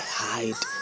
hide